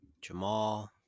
Jamal